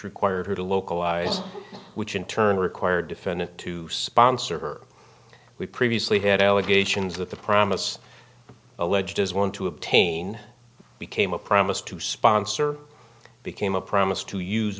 required her to localise which in turn required defendant to sponsor her we previously had allegations that the promise alleged as one to obtain became a promise to sponsor became a promise to use